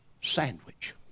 sandwich